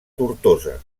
tortosa